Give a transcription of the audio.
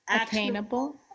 attainable